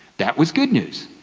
that was good news.